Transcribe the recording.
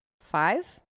five